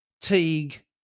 Teague